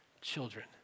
children